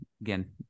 again